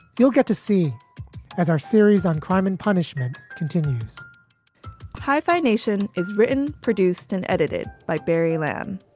you'll get to see as our series on crime and punishment continues high five nation is written, produced and edited by barry lamm,